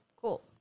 cool